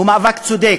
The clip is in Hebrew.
הוא מאבק צודק.